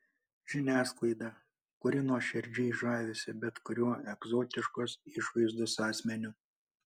žiniasklaidą kuri nuoširdžiai žavisi bet kuriuo egzotiškos išvaizdos asmeniu